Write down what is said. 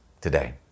today